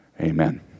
amen